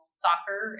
soccer